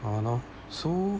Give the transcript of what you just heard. oh !hannor! so